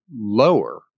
lower